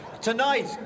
Tonight